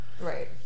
Right